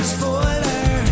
Spoiler